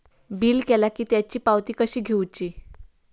Bill केला की त्याची पावती कशी घेऊची?